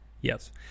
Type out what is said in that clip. Yes